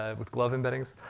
um with glove embeddings.